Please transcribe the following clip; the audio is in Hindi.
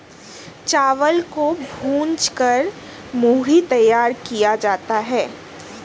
चावल को भूंज कर मूढ़ी तैयार किया जाता है